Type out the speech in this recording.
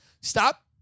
Stop